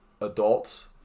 adults